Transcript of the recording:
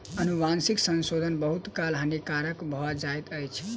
अनुवांशिक संशोधन बहुत काल हानिकारक भ जाइत अछि